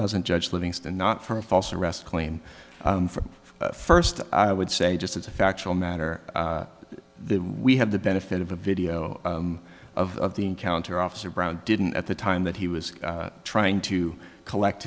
doesn't judge livingston not from a false arrest claim from the first i would say just as a factual matter the we have the benefit of a video of the encounter officer brown didn't at the time that he was trying to collect